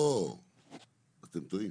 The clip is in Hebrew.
לא, אתם טועים.